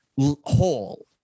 hole